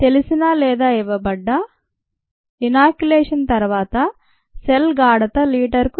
తెలిసిన లేదా ఇవ్వబడ్డ ఇనోక్యులేషన్ తరువాత సెల్ గాఢత లీటరుకు 0